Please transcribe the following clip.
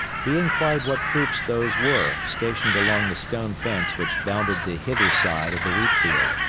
he inquired what troops those were stationed along the stone fence which bounded the hither side of the wheat-field.